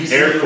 Air